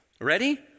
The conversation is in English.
ready